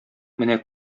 менә